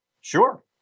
Sure